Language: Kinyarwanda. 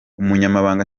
umunyamabanga